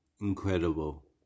incredible